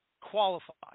qualified